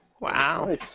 Wow